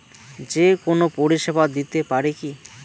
যে কোনো পরিষেবা দিতে পারি কি?